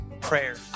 prayer